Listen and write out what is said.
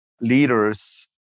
leaders